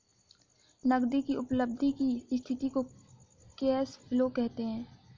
नगदी की उपलब्धि की स्थिति को कैश फ्लो कहते हैं